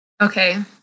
Okay